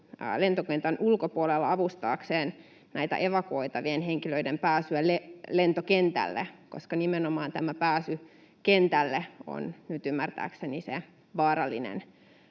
lentokentän ulkopuolella avustaakseen evakuoitavien henkilöiden pääsyä lentokentälle? Nimenomaan tämä pääsy kentälle on nyt ymmärtääkseni se vaarallinen